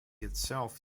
itself